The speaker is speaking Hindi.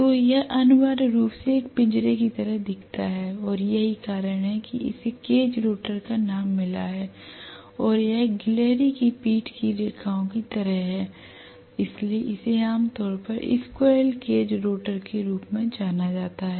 तो यह अनिवार्य रूप से एक पिंजरे की तरह दिखता है और यही कारण है कि इसे केज रोटर का नाम मिला है और यह गिलहरी की पीठ की रेखाओं की तरह है इसलिए इसे आमतौर पर स्क्वीररेल केज रोटर के रूप में जाना जाता है